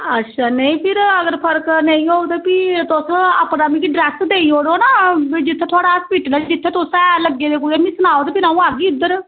अच्छा नेईं फिर अगर फर्क नेईं होग ते भी तुस अपना मिगी अड्रैस देई ओड़ो न जित्थै थोआढ़ा अस्पिटल ऐ जित्थै तुस ऐ लग्गे दे कुतै मि सनाओ ते फिर अ'ऊं आह्गी उद्धर